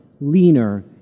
leaner